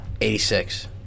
86